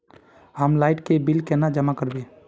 हम लाइट के बिल केना जमा करबे?